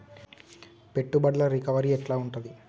పెట్టుబడుల రికవరీ ఎట్ల ఉంటది?